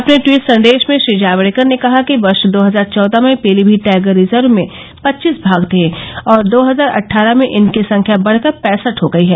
अपने ट्वीट संदेश में श्री जावेडकर ने कहा कि वर्ष दो हजार चौदह में पीलीमीत टाइगर रिजर्व में पच्चीस बाघ थे और दो हजार अट्ठारह में इनकी संख्या बढ़कर पैसठ हो गई है